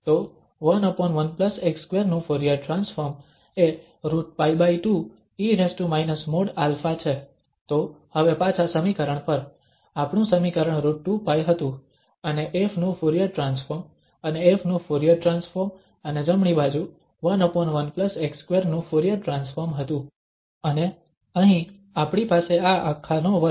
તો 11x2 નું Fourier transform એ √π2 e |α| છે તો હવે પાછા સમીકરણ પર આપણું સમીકરણ √2π હતું અને ƒ નું ફુરીયર ટ્રાન્સફોર્મ અને ƒ નું ફુરીયર ટ્રાન્સફોર્મ અને જમણી બાજુ 11x2 નું ફુરીયર ટ્રાન્સફોર્મ હતું અને અહીં આપણી પાસે આ આખા નો વર્ગ